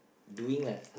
doing lah